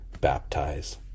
baptize